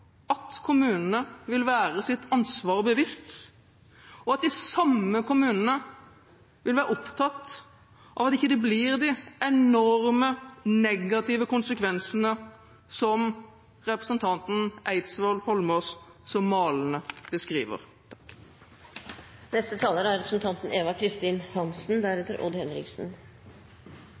at kommunene vil være seg sitt ansvar bevisst, og at de samme kommunene vil være opptatt av at det ikke blir de enorme negative konsekvensene som representanten Eidsvoll Holmås så malende beskriver. Jeg hadde egentlig ikke tenkt å ta ordet, men det var da noen voldsomme angrep som